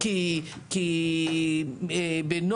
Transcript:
יש כאלה שרצים בסטטוטוריקה בטיסה.